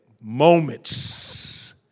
moments